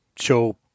show